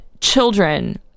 children